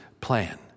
plan